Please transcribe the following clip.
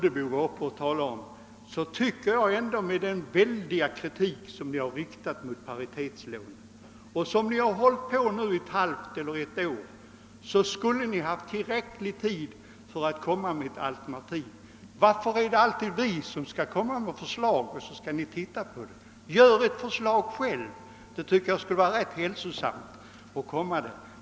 Efter den väldiga kritik ni har riktat mot paritetslånen under ett halvt eller rättare ett helt år tycker jag ändå att ni nu skulle ha haft tillräckligt med tid på er för att föreslå ett alternativ. Varför är det alltid vi som skall framlägga förslagen, som ni sedan skall titta på? Gör ett förslag själva — det tycker jag skulle vara hälsosamt.